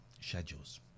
Schedules